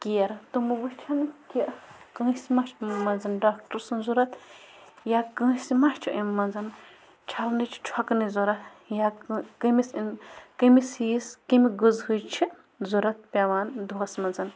care تٕمہٕ وٕچھَن کہِ کٲنٛسہِ مَہ چھِ یِمَن منٛز ڈاکٹَر سٕنٛز ضوٚرَتھ یا کٲنٛسہِ مَہ چھِ امۍ منٛز چھَلنٕچ چھۄکنٕچ ضوٚرَتھ یا کٔمِس کٔمِس ہِیِس کیٚمہِ غزہٕچ چھِ ضوٚرَتھ پٮ۪وان دۄہَس منٛز